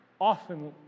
often